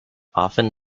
often